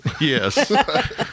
Yes